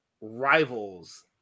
rivals